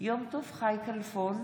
יום טוב חי כלפון,